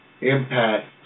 impact